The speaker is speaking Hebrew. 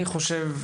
אני חושב,